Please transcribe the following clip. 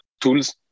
tools